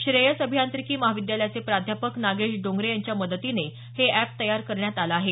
श्रेयस अभियांत्रिकी महाविद्यालयाचे प्राध्यापक नागेश डोंगरे यांच्या मदतीने हे अॅप तयार करण्यात आलं आहे